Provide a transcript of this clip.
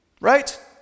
right